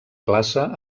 classe